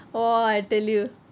!wah! I tell you